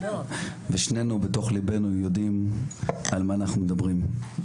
ושנינו בתוך ליבנו יודעים על מה אנחנו מדברים.